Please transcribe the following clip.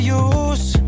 use